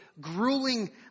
grueling